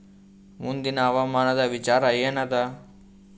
ಮುಂದಿನ ಹವಾಮಾನದ ವಿಚಾರ ಏನದ?